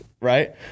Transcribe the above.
right